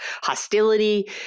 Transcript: hostility